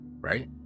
right